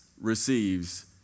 receives